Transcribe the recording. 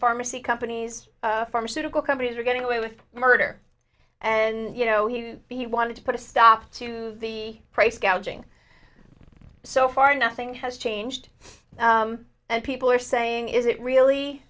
pharmacy companies pharmaceutical companies are getting away with murder and you know he he wanted to put a stop to the price gouging so far nothing has changed and people are saying is it really